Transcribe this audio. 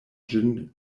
ĝin